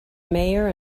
mayor